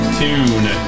tune